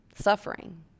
suffering